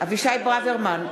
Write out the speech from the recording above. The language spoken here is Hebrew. אבישי ברוורמן,